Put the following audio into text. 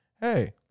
Hey